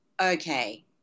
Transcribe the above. Okay